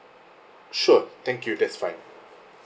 sure thank you that's fine